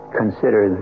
consider